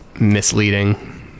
misleading